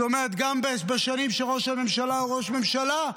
זאת אומרת, גם בשנים שראש הממשלה הוא ראש ממשלה,